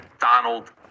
Donald